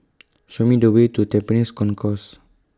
Show Me The Way to Tampines Concourse